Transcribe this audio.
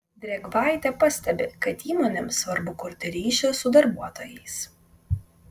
drėgvaitė pastebi kad įmonėms svarbu kurti ryšį su darbuotojais